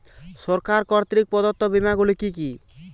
সরকার কর্তৃক প্রদত্ত বিমা গুলি কি কি?